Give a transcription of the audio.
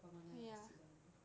permanent resident